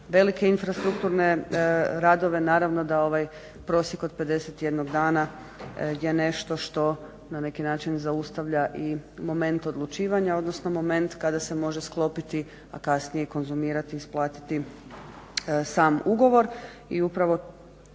velike infrastrukturne radove naravno da ovaj prosjek od 51 dana je nešto što na neki način zaustavlja i moment odlučivanja odnosno moment kada se može sklopiti, a kasnije konzumirati i isplatiti sam ugovor. I upravo